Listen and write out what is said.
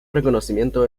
reconocimiento